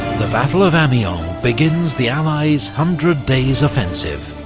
the battle of amiens begins the allies' hundred days offensive